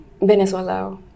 Venezuela